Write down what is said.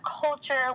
culture